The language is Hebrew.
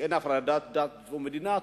שאין הפרדת דת ומדינה,